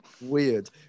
Weird